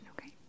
okay